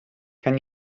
can